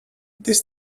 this